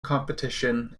competition